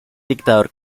dictador